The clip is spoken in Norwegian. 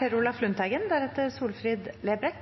Forsørgingstillegget er